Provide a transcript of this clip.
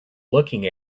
looking